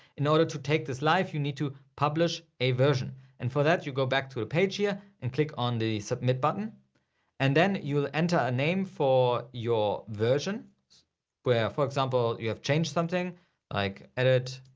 in order to take this life, you need to publish a version and for that you go back to the page here and click on the submit button and then you will enter a name for your version where for example you have changed something like edit,